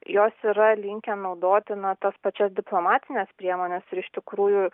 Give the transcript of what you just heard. jos yra linkę naudoti na tas pačias diplomatines priemones ir iš tikrųjų